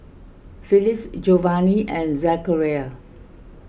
Phillis Giovani and Zachariah